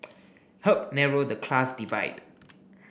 help narrow the class divide